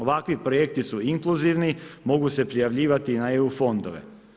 Ovakvi projekti su inkluzivni, mogu se prijavljivati na EU fondove.